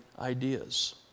ideas